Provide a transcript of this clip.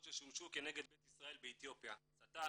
ששימשו כנגד בית ישראל באתיופיה "שטן",